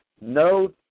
no